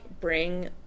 bring